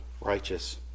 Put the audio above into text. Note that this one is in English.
righteous